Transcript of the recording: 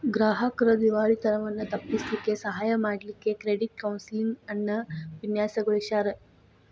ಗ್ರಾಹಕ್ರ್ ದಿವಾಳಿತನವನ್ನ ತಪ್ಪಿಸ್ಲಿಕ್ಕೆ ಸಹಾಯ ಮಾಡ್ಲಿಕ್ಕೆ ಕ್ರೆಡಿಟ್ ಕೌನ್ಸೆಲಿಂಗ್ ಅನ್ನ ವಿನ್ಯಾಸಗೊಳಿಸ್ಯಾರ್